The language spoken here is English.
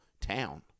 town